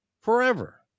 forever